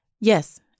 Yes